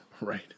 Right